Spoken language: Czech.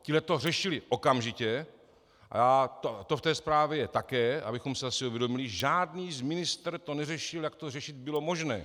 Tihle to řešili okamžitě, to v té zprávě je také, abychom si zase uvědomili, žádný ministr to neřešil, jak to řešit bylo možné.